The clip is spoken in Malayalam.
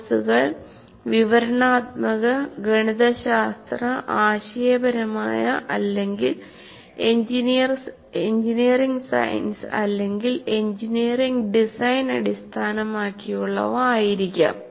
കോഴ്സുകൾ വിവരണാത്മക ഗണിതശാസ്ത്ര ആശയപരമായ അല്ലെങ്കിൽ എഞ്ചിനീയറിംഗ് സയൻസ് അല്ലെങ്കിൽ എഞ്ചിനീയറിംഗ് ഡിസൈൻ അടിസ്ഥാനമാക്കിയുള്ളവ ആകാം